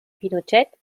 pinochet